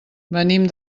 venim